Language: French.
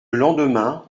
lendemain